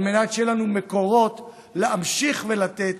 על מנת שיהיו מקורות להמשיך לתת,